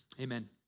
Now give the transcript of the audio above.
amen